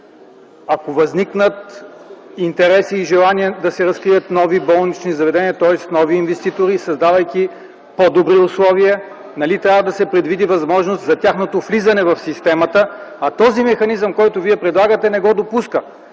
Ако възникнат интереси и желание да се разкрият нови болнични заведения, тоест нови инвеститори, създавайки по-добри условия, нали трябва да се предвиди възможност за тяхното влизане в системата, а този механизъм, който вие предлагате, не го допуска?